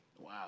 Wow